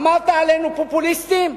אמרת עלינו פופוליסטים?